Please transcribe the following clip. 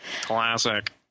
classic